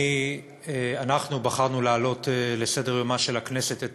אנחנו בחרנו להעלות לסדר-יומה של הכנסת את